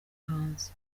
hanze